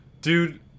Dude